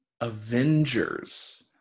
avengers